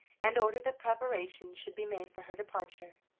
and ordered that preparations should be made for her departure,